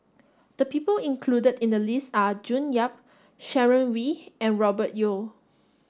the people included in the list are June Yap Sharon Wee and Robert Yeo